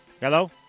Hello